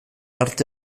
arte